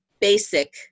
basic